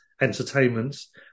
entertainments